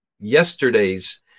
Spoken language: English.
yesterday's